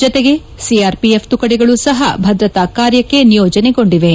ಜತೆಗೆ ಸಿಆರ್ಪಿಎಫ್ ತುಕಡಿಗಳು ಸಹ ಭದ್ರತಾ ಕಾರ್ಯಕ್ಕೆ ನಿಯೋಜನೆಗೊಂಡಿವೆ